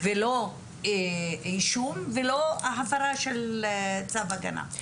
לא אישום ולא הפרה של צו הגנה.